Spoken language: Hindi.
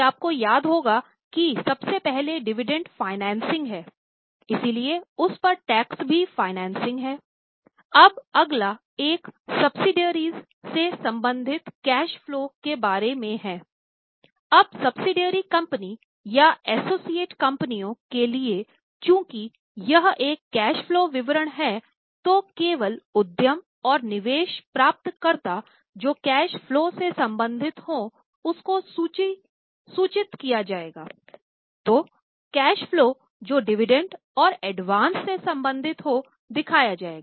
अब सब्सीडीआरइएस कंपनियों के लिए चूकि यह एक कैश फलो विवरण है तो केवल उद्यम और निवेश प्राप्त कर्ता जो कैश फलो से संबंधित हो उसको सूचित किया जाएगा तो कैश फलो जो डिविडेंड और एडवांस से संबंधित हो दिखाया जाएगा